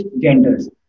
genders